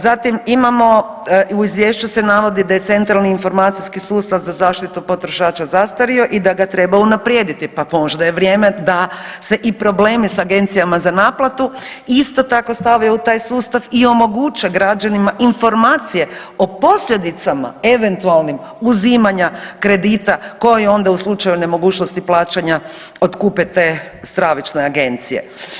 Zatim, imamo, u Izvješću se navodi da je Centralni informacijski sustav za zaštitu potrošača zastario i da ga treba unaprijediti, pa možda je vrijeme da se i problemi s agencijama za naplatu isto tako stave u taj sustav i omoguće građanima informacije o posljedicama eventualnim uzimanja kredita koji je onda u slučaju nemogućnosti plaćanja otkupe te stravične agencije.